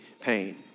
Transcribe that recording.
pain